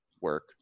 work